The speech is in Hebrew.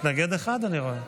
מתנגד אחד אני רואה.